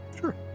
sure